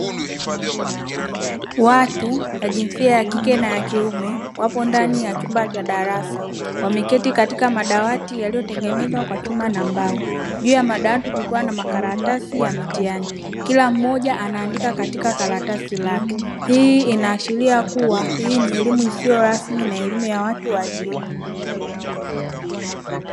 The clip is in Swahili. Watu wa jinsia ya kike na ya kiume wapo ndani ya chumba cha darasa wameketi katika madawati yaliyotengenezwa kwa chuma na mbao juu ya madawati, kukiwa na makaratasi ya mitihani, kila mmoja anaandika katika karatasi lake, hii inaashiria kuwa ili ni elimu isiyo rasmi na elimu ya watu wazima.